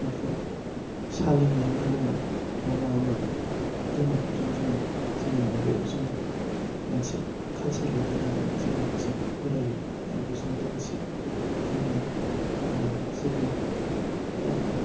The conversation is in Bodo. न'फोराव साहा लोंनाय मा लोंनाय बा माबा माबि लोंनायफोरजों जोङो जोंनि माबायाव जोङो मोनसे कालसार बायदि लानानै जोङो बेजों बरायो आरो बेजों लोगोसे जोंनिया जेब्ला